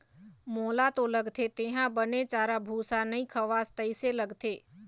मोला तो लगथे तेंहा बने चारा भूसा नइ खवास तइसे लगथे